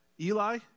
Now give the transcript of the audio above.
Eli